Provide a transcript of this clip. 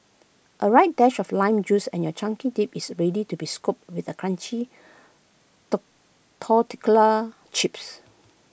A right dash of lime juice and your chunky dip is ready to be scooped with crunchy tortilla chips